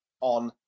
on